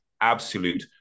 absolute